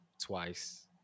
twice